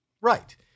right